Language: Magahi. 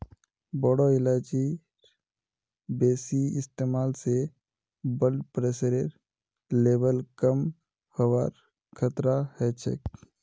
बोरो इलायचीर बेसी इस्तमाल स ब्लड प्रेशरेर लेवल कम हबार खतरा ह छेक